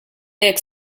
jekk